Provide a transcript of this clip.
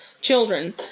children